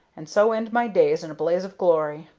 and so end my days in a blaze of glory.